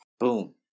Boom